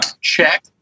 Check